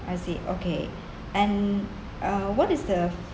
I see okay and uh what is the